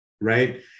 right